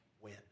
win